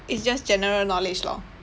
it's just general knowledge lor